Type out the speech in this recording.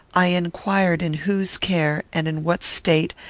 i inquired in whose care, and in what state,